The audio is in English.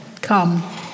come